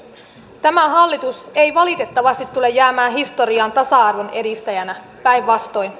tämä hallitus ei valitettavasti tule jäämään historiaan tasa arvon edistäjänä päinvastoin